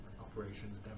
operations